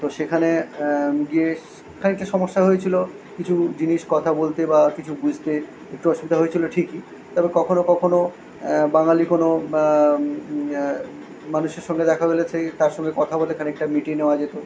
তো সেখানে গিয়ে খানিকটা সমস্যা হয়েছিল কিছু জিনিস কথা বলতে বা কিছু বুঝতে একটু অসুবিধা হয়েছিল ঠিকই তবে কখনও কখনও বাঙালি কোনো মানুষের সঙ্গে দেখা হলে সেই তার সঙ্গে কথা বলে খানিকটা মিটিয়ে নেওয়া যেত